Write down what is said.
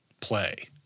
play